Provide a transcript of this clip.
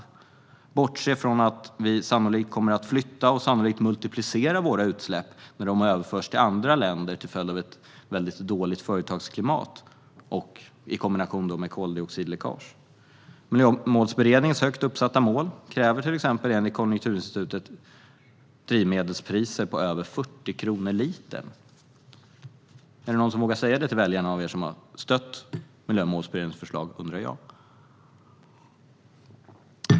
Vi kan bortse från att vi sannolikt kommer att flytta och multiplicera våra utsläpp när de har överförts till andra länder, till följd av ett väldigt dåligt företagsklimat, i kombination med koldioxidläckage. Miljömålsberednigens högt uppsatta mål kräver till exempel, enligt Konjunkturinstitutet, drivmedelspriser på över 40 kronor litern. Är det någon av er som har stött Miljömålsberedningens förslag som vågar säga detta till väjarna?